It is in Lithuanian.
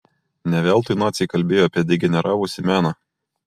ne veltui naciai kalbėjo apie degeneravusį meną